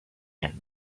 end